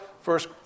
first